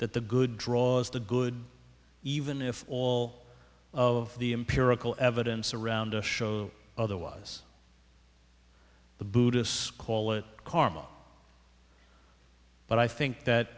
that the good draws the good even if all of the empirical evidence around to show otherwise the buddhists call it karma but i think that